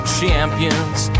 champions